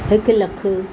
हिकु लखु